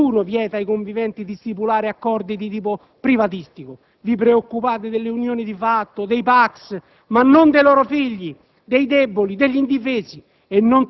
Nessuno vieta ai conviventi di stipulare accordi di tipo privatistico. Vi preoccupate delle unioni di fatto e dei PACS, ma non dei loro figli, dei deboli, degli indifesi,